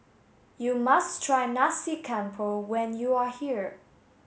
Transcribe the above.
you must try Nasi Campur when you are here